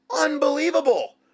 Unbelievable